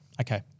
Okay